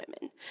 women